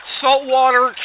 saltwater